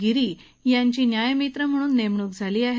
गिरी यांची न्यायमित्र म्हणून नेमणूक केली आहे